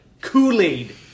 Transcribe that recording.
Kool-Aid